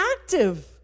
active